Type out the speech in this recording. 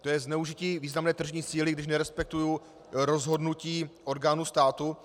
To je zneužití významné tržní síly, když nerespektuji rozhodnutí orgánů státu?